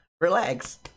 Relax